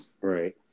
right